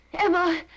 Emma